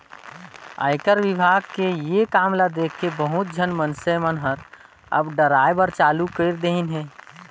आयकर विभाग के ये काम ल देखके बहुत झन मइनसे मन हर अब डराय बर चालू कइर देहिन हे